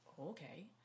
okay